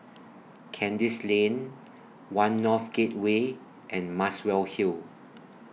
Kandis Lane one North Gateway and Muswell Hill